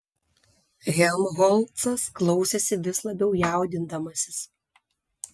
helmholcas klausėsi vis labiau jaudindamasis